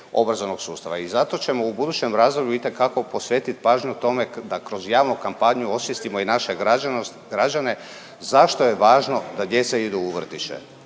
obrazovnog sustava i zato ćemo u budućem razdoblju itekako posvetit pažnju tome da kroz javnu kampanju osvijestimo i naše građane zašto je važno da djeca idu u vrtiće,